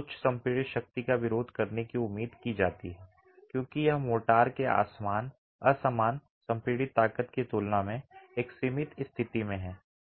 उच्च संपीड़ित शक्ति का विरोध करने की उम्मीद की जाती है क्योंकि यह मोर्टार के असमान संपीड़ित ताकत की तुलना में एक सीमित स्थिति में है